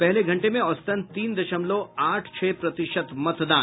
पहले घंटे में औसतन तीन दशमलव आठ छह प्रतिशत मतदान